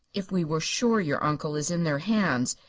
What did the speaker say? if we were sure your uncle is in their hands.